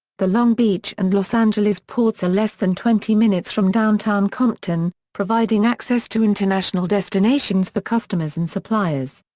the long beach and los angeles ports are less than twenty minutes from downtown compton, providing access to international destinations for customers and suppliers.